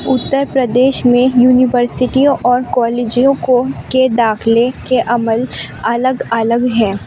اتر پردیش میں یونیورسٹیوں اور کالجوں کو کے داخلے کے عمل الگ الگ ہیں